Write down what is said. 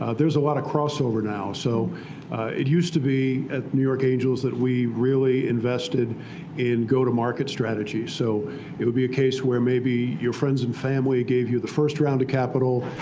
ah there's a lot of crossover now. so it used to be at new york angels that we really invested in go-to-market strategy. so it would be a case where maybe your friends and family gave you the first round of capital.